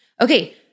Okay